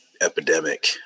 epidemic